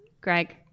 Greg